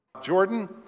Jordan